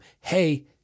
Hey